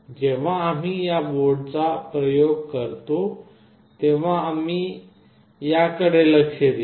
जेव्हा आम्ही या बोर्डचा प्रयोग करतो तेव्हा आम्ही याकडे लक्ष देऊ